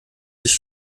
sich